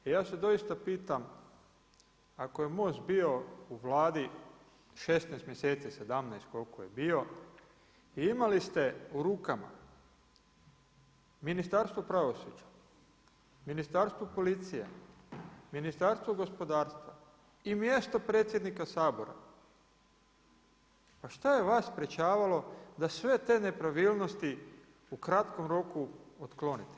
I ja se dosita pitam ako je Most bio u Vladi 16 mjeseci, 17 koliko je bio i imali ste u rukama, Ministarstvo pravosuđa, Ministarstvo policije, Ministarstvo gospodarstva i mjesto predsjednika Sabora, pa šta je vas sprječavalo da sve te nepravilnosti u kratkom roku otklonite.